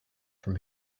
from